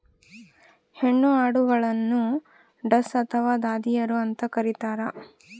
ಹೆಣ್ಣು ಆಡುಗಳನ್ನು ಡಸ್ ಅಥವಾ ದಾದಿಯರು ಅಂತ ಕರೀತಾರ